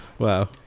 Wow